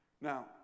Now